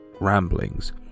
ramblings